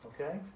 okay